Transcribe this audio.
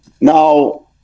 Now